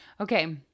Okay